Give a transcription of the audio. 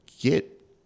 get